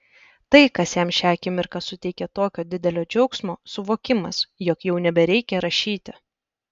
tai kas jam šią akimirką suteikia tokio didelio džiaugsmo suvokimas jog jau nebereikia rašyti